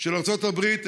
של ארצות הברית,